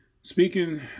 Speaking